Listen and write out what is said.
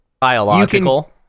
biological